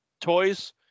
toys